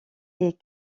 est